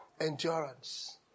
Endurance